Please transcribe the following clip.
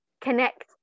connect